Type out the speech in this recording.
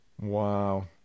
Wow